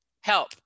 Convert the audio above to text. help